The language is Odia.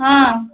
ହଁ